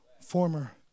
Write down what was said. former